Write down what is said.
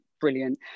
brilliant